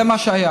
זה מה שהיה,